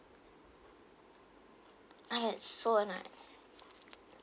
I get so annoyed